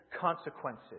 consequences